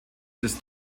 des